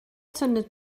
zündet